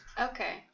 Okay